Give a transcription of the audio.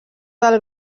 del